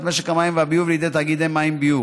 משק המים והביוב לידי תאגידי מים וביוב.